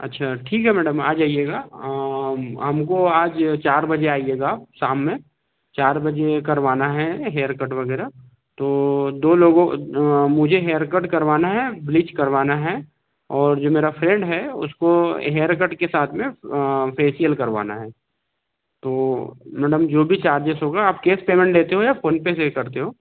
अच्छा ठीक है मैडम आ जाइएगा हमको आज चार बजे आइएगा शाम में चार बजे करवाना है हेयरकट वगैरह तो दो लोगों मुझे हेयरकट करवाना है ब्लीच करवाना है और जो मेरा फ़्रेंड है उसको हेयरकट के साथ में फेसियल करवाना है तो मैडम जो भी चार्जेस होगा आप केस पेमेंट लेते हो या फ़ोनपे से करते हो